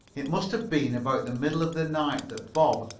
it must have been about the middle of the night that bob,